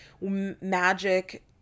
magic